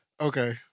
Okay